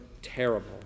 Terrible